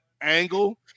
angle